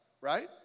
Right